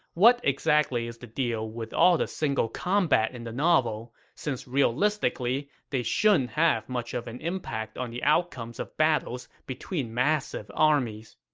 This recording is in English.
what exactly is the deal with all the single combat in the novel, since realistically, they shouldn't have much of an impact on the outcomes of battles between massive armies?